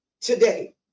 today